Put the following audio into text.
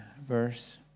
verse